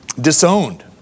disowned